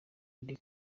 eric